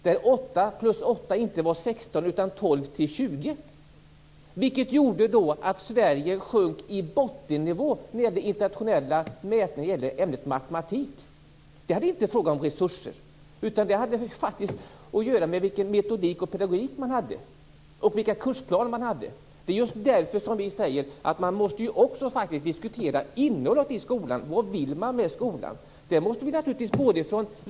där 8 + 8 inte var 16 utan 12-20. Det gjorde att Sverige sjönk till botttennivå i internationella mätningar i ämnet matematik. Det var inte fråga om resurser, utan det hade att göra med vilken metodik och pedagogik som användes och kursplanerna. Det är därför vi säger att även innehållet i skolan måste diskuteras, dvs. vad man vill med skolan.